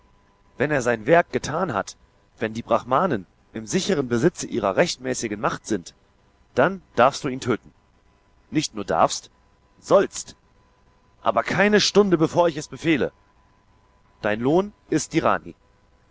wenn er sein werk getan hat wenn die brahmanen im sicheren besitze ihrer rechtmäßigen macht sind dann darfst du ihn töten nicht nur darfst sollst aber keine stunde bevor ich es befehle dein lohn ist die rani